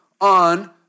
on